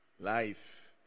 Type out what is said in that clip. Life